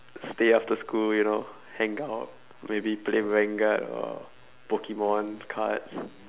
stay after school you know hang out maybe play vanguard or pokemon cards